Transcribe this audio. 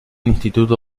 instituto